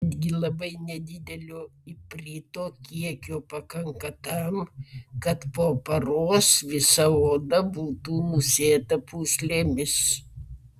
bet netgi labai nedidelio iprito kiekio pakanka tam kad po paros visa oda būtų nusėta pūslėmis